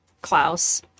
Klaus